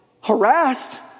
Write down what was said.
harassed